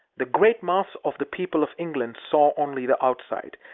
the great mass of the people of england saw only the outside.